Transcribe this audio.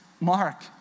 Mark